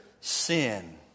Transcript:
sin